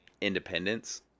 independence